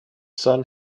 sun